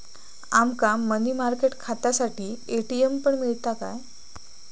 आमका money market खात्यासाठी ATM पण मिळता काय?